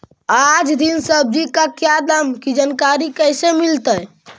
आज दीन सब्जी का क्या दाम की जानकारी कैसे मीलतय?